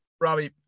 Robbie